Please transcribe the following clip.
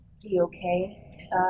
D-O-K